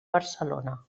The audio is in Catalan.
barcelona